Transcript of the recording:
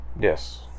Yes